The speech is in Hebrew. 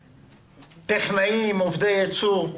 טכנאים, עובדי ייצור.